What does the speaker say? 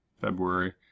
February